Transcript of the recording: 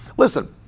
Listen